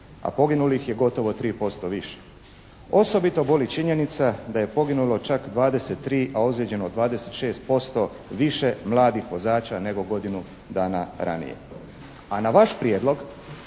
a poginulih je gotovo 3% više. Osobito boli činjenica da je poginulo čak 23, a ozlijeđeno 26% više mladih vozača nego godinu dana ranije, a na vaš prijedlog